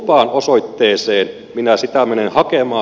kumpaan osoitteeseen minä sitä menen hakemaan